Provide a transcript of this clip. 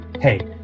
Hey